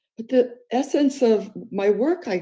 but the essence of my work, like